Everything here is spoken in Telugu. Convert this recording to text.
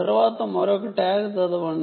తరువాత మరొక ట్యాగ్ రీడ్